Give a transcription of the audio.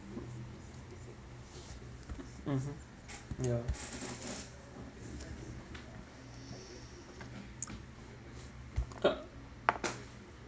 mmhmm ya !huh!